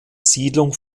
siedlung